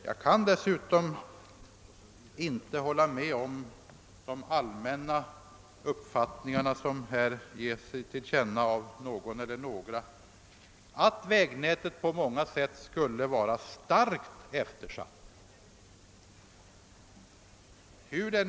Jag kan dessutom inte riktigt hålla med om att vägnätet på många sätt skulle vara så starkt eftersatt som här sägs.